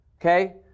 okay